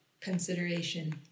consideration